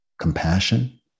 compassion